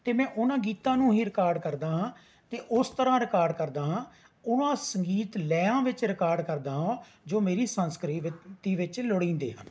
ਅਤੇ ਮੈਂ ਉਨ੍ਹਾਂ ਗੀਤਾਂ ਨੂੰ ਹੀ ਰਿਕਾਰਡ ਕਰਦਾ ਹਾਂ ਅਤੇ ਓਸ ਤਰ੍ਹਾਂ ਰਿਕਾਰਡ ਕਰਦਾ ਹਾਂ ਉਨ੍ਹਾਂ ਸੰਗੀਤ ਲਹਿਰਾਂ ਵਿੱਚ ਰਿਕਾਰਡ ਕਰਦਾ ਹਾਂ ਜੋ ਮੇਰੀ ਸੰਸਕ੍ਰਿਤੀ ਵਿੱਚ ਲੋੜੀਂਦੇ ਹਨ